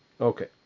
Okay